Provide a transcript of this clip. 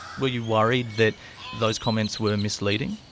where you worried that those comments were misleading?